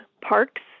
Parks